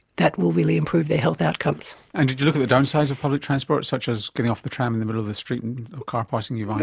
that will really improve their health outcomes. and did you look at the downsides of public transport, such as getting off the tram in the middle of the street and a car passing you by